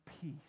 Peace